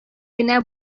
генә